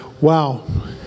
Wow